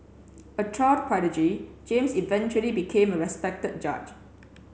a child prodigy James eventually became a respected judge